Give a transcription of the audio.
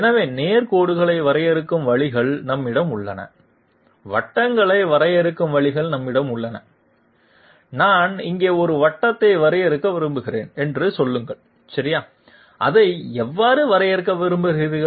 எனவே நேர் கோடுகளை வரையறுக்கும் வழிகள் நம்மிடம் உள்ளன வட்டங்களை வரையறுக்கும் வழிகள் நம்மிடம் உள்ளன நான் இங்கே ஒரு வட்டத்தை வரையறுக்க விரும்புகிறேன் என்று சொல்லுங்கள் சரியா அதை எவ்வாறு வரையறுக்க விரும்புகிறீர்கள்